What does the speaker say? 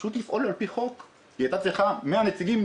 כדי שהוא יוכל לבחון את הנתונים.